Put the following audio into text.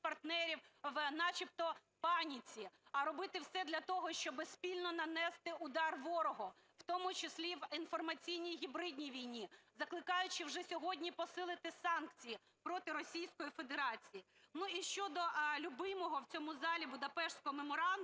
партнерів в начебто паніці, а робити все для того, щоби спільно нанести удар ворогу, в тому числі в інформаційній гібридній війні, закликаючи вже сьогодні санкції проти Російської Федерації. І щодо любимого в цьому залі Будапештського меморандуму,